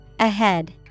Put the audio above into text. Ahead